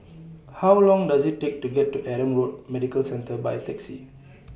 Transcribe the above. How Long Does IT Take to get to Adam Road Medical Centre By Taxi